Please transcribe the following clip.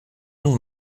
und